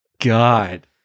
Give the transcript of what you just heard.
God